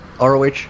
ROH